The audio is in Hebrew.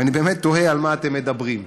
ואני באמת תוהה על מה אתם מדברים.